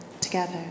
together